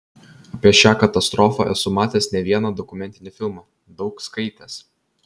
apie šią katastrofą esu matęs ne vieną dokumentinį filmą daug skaitęs